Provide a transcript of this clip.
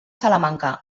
salamanca